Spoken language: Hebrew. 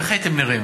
איך הייתם נראים?